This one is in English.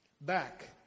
back